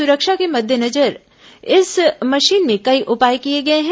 सुरक्षा के मद्देनजर इस मशीन में कई उपाय किए गए हैं